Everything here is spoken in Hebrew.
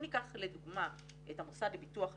אם ניקח לדוגמא את המוסד לביטוח לאומי,